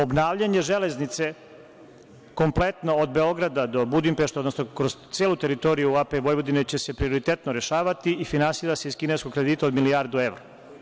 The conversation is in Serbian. Obnavljanje železnice kompletno od Beograda do Budimpešte, odnosno kroz celu teritoriju APV će se prioritetno rešavati i finansira se iz kineskog kredita od milijardu evra.